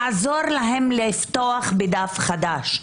לעזור להם לפתוח דף חדש,